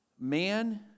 Man